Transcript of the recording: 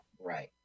Right